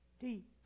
deep